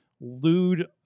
lewd